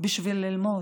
בשביל ללמוד,